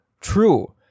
true